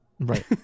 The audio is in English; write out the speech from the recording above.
Right